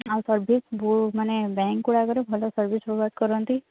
ଆଉ ସର୍ଭିସ୍ ବହୁ ମାନେ ବ୍ୟାଙ୍କ୍ଗୁଡ଼ାକରେ ଭଲ ସର୍ଭିସ୍ ପ୍ରୋଭାଇଡ୍ କରନ୍ତି